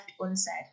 unsaid